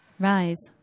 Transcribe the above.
Rise